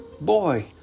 Boy